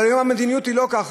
אבל היום המדיניות היא לא ככה,